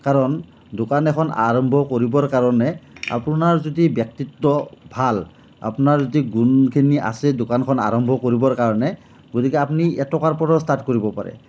কাৰণ দোকান এখন আৰম্ভ কৰিবৰ কাৰণে আপোনাৰ যদি ব্যক্তিত্ব ভাল আপোনাৰ যদি গুণখিনি আছে দোকানখন আৰম্ভ কৰিবৰ কাৰণে গতিকে আপুনি এটকাৰ পৰাও ষ্টাৰ্ট কৰিব পাৰে